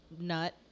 nut